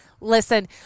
Listen